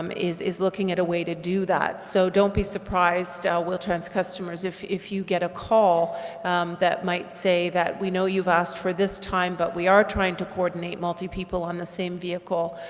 um is is looking at a way to do that, so don't be surprised, wheel-trans customers if if you get a call that might say that we know you've asked for this time but we are trying to coordinate multi-people on the same vehicle,